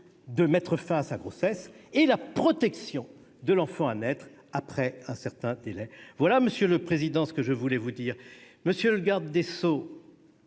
de mettre fin à sa grossesse et la protection de l'enfant à naître après l'achèvement d'un certain délai. Voilà, mes chers collègues, ce que je voulais vous dire. Monsieur le garde des sceaux,